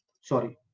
Sorry